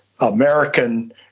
American